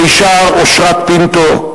מישר אושרת פינטו,